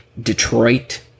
Detroit